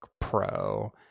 Pro